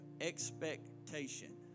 expectation